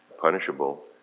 punishable